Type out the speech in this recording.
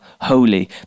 holy